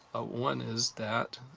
ah one is that